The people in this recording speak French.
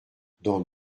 dans